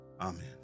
amen